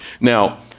Now